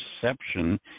perception